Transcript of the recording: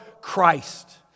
Christ